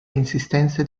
insistenze